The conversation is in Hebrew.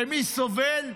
ומי סובל?